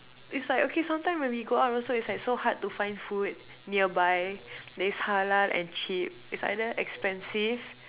it's like okay some time when we go out also it's like so hard to find food nearby that is halal and cheap it's either expensive